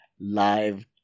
live